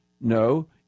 No